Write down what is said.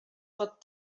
pot